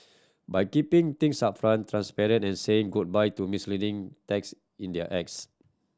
by keeping things upfront transparent and saying goodbye to misleading text in their